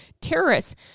terrorists